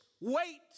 Wait